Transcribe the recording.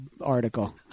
article